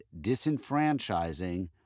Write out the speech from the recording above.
disenfranchising